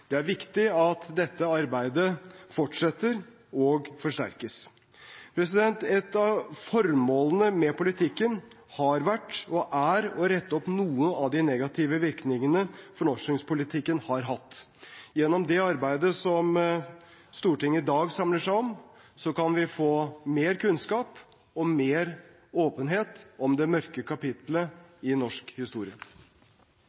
Det er viktig at dette arbeidet fortsetter og forsterkes. Et av formålene med politikken har vært og er å rette opp noen av de negative virkningene fornorskningspolitikken har hatt. Gjennom det arbeidet som Stortinget i dag samler seg om, kan vi få mer kunnskap og større åpenhet om det mørke